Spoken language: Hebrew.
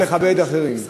התפקיד שלך לכבד אחרים.